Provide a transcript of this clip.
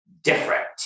different